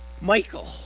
Michael